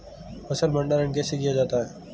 फ़सल भंडारण कैसे किया जाता है?